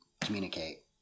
communicate